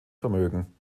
vermögen